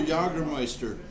Jagermeister